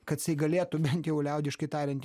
kad jisai galėtų bent jau liaudiškai tariant